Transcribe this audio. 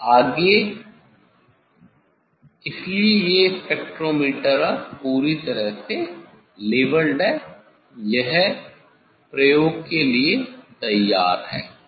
आगे इसलिए ये स्पेक्ट्रोमीटर अब पूरी तरह से लेवेलेड है यह प्रयोग के लिए तैयार है